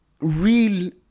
real